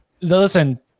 listen